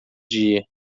dia